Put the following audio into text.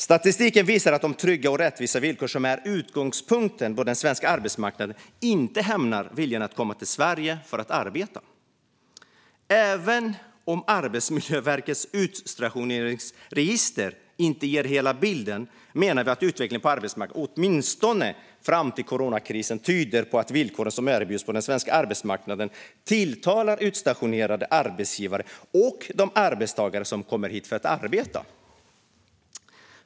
Statistiken visar att de trygga och rättvisa villkor som är utgångspunkten på den svenska arbetsmarknaden inte hämmar viljan att komma till Sverige för att arbeta. Även om Arbetsmiljöverkets utstationeringsregister inte ger hela bilden menar vi att utvecklingen på arbetsmarknaden, åtminstone fram till coronakrisen, tyder på att de villkor som erbjuds på den svenska arbetsmarknaden tilltalar utstationerande arbetsgivare och de arbetstagare som kommer hit för att arbeta.